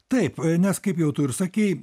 taip nes kaip jau tu ir sakei